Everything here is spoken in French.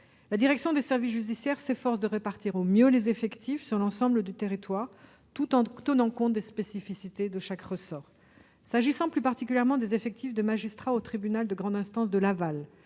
La direction des services judiciaires s'efforce de répartir au mieux les effectifs sur l'ensemble du territoire, tout en tenant compte des spécificités de chaque ressort. S'agissant plus particulièrement des effectifs de magistrats du tribunal de grande instance de Laval,